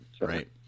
Right